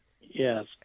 Yes